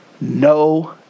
No